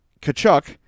Kachuk